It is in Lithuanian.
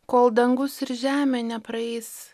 kol dangus ir žemė nepraeis